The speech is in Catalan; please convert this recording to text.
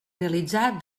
realitzar